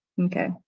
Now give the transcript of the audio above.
Okay